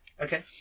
okay